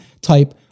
type